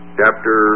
chapter